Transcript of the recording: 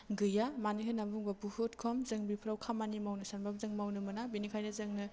गैया मानो होननानै बुङोबा बहुद खम जों बेफोराव खामानि मावनो सानबाबो जों मावनो मोना बेनिखायनो जोंनो